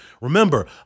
Remember